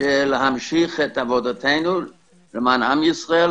להמשיך את עבודתנו למען עם ישראל,